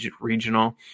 regional